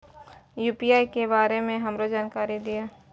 UPI के बारे में हमरो जानकारी दीय?